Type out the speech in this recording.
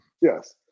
Yes